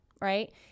right